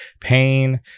pain